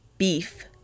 Beef